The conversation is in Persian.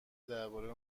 دربارهی